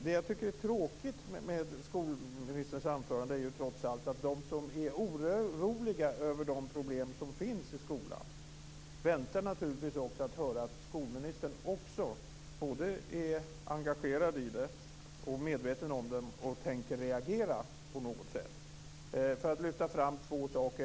Det jag tycker är tråkigt med skolministerns anförande är att de som är oroliga över de problem som finns i skolan naturligtvis väntar sig att höra att också skolministern både är medveten om dem och engagerad i dem och att hon tänker reagera på något sätt. Låt mig lyfta fram två saker.